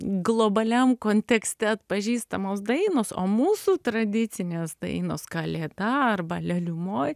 globaliam kontekste atpažįstamos dainos o mūsų tradicinės dainos kalėda arba leliumoj